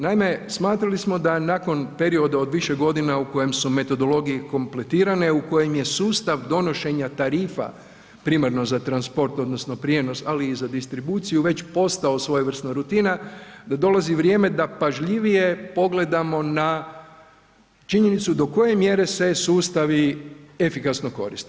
Naime, smatrali smo da nakon perioda od više godina u kojem su metodologije kompletirane u kojem je sustav donošenja tarifa primarno za transport odnosno prijenos ali i za distribuciju već postao svojevrsna rutina, da dolazi vrijeme da pažljivije pogledamo na činjenicu do koje mjere se sustavi efikasno koriste.